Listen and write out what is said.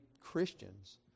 Christians